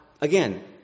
again